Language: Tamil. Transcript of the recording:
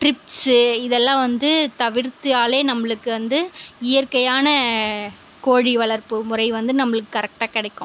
ட்ரிப்ஸ்சு இதெல்லாம் வந்து தவிர்த்தாலே நம்மளுக்கு வந்து இயற்கையான கோழி வளர்ப்பு முறை வந்து நம்மளுக்கு கரெக்டாக கிடைக்கும்